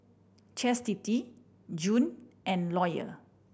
Chastity June and Lawyer